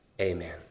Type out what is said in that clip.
Amen